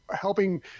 helping